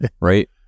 Right